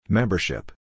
Membership